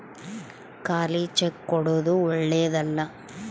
ಖಾಲಿ ಚೆಕ್ ಕೊಡೊದು ಓಳ್ಳೆದಲ್ಲ